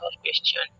question